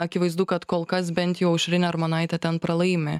akivaizdu kad kol kas bent jau aušrinė armonaitė ten pralaimi